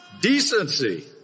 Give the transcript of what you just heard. decency